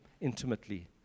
Intimately